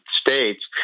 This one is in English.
States